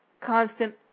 constant